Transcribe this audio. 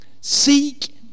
Seek